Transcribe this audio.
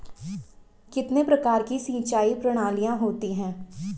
कितने प्रकार की सिंचाई प्रणालियों होती हैं?